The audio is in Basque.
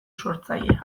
sortzailea